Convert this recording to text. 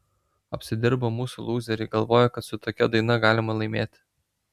apsidirbo mūsų lūzeriai galvojo kad su tokia daina galima laimėti